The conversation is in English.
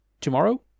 tomorrow